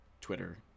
twitter